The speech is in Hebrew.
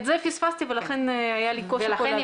את זה פספסתי ולכן היה לי קושי פה להבין.